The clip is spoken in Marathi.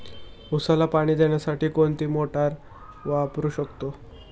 उसाला पाणी देण्यासाठी कोणती मोटार वापरू शकतो?